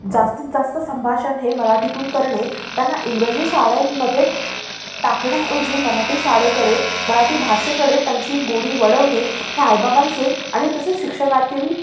जास्तीत जास्त संभाषण हे मराठीतून करणे त्यांना इंग्रजी शाळांमध्ये टाकण्याऐवजी मराठी शाळेकडे मराठी भाषेकडे त्यांची गोडी वळवणे हे आईबाबांचे आणि तसेच शिक्षकातील